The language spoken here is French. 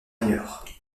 ailleurs